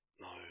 No